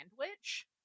sandwich